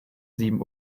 sieben